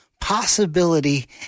possibility